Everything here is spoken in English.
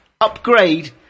upgrade